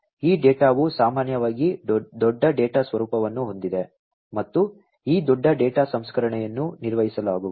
ಈ ಡೇಟಾವು ಸಾಮಾನ್ಯವಾಗಿ ದೊಡ್ಡ ಡೇಟಾದ ಸ್ವರೂಪವನ್ನು ಹೊಂದಿದೆ ಮತ್ತು ಈ ದೊಡ್ಡ ಡೇಟಾ ಸಂಸ್ಕರಣೆಯನ್ನು ನಿರ್ವಹಿಸಲಾಗುವುದು